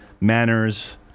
manners